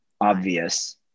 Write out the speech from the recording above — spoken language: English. obvious